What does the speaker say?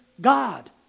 God